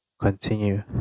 continue